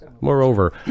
Moreover